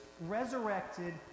resurrected